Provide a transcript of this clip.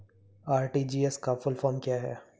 RTGS का full form क्या है?